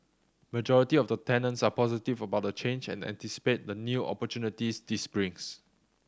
majority of the tenants are positive about the change and anticipate the new opportunities this brings